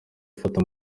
afata